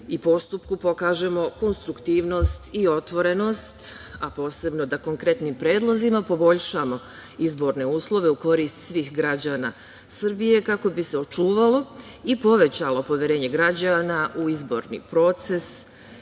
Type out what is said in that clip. i postupku pokažemo konstruktivnost i otvorenost, a posebno da konkretnim predlozima poboljšamo izborne uslove u korist svih građana Srbije, kako bi se očuvalo i povećalo poverenje građana u izborni proces